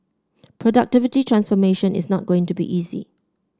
productivity transformation is not going to be easy